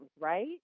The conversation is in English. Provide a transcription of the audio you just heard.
right